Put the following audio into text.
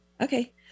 Okay